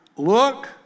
Look